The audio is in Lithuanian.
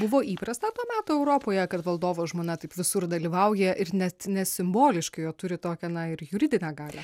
buvo įprasta to meto europoje kad valdovo žmona taip visur dalyvauja ir net ne simboliškai o turi tokią na ir juridinę galią